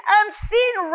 unseen